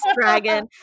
dragon